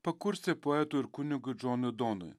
pakurstė poetui ir kunigui džonui donui